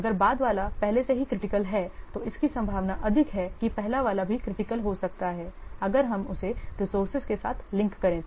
अगर बाद वाला पहले से ही क्रिटिकल है तो इसकी संभावना अधिक है कि पहला वाला भी क्रिटिकल हो सकता है अगर हम उसे रिसोर्सेज के साथ लिंक करें तो